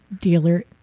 dealer